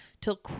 till